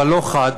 אבל לא חד,